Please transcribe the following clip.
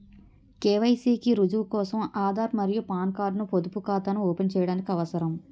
KYC కి రుజువు కోసం ఆధార్ మరియు పాన్ కార్డ్ ను పొదుపు ఖాతాను ఓపెన్ చేయడానికి అవసరం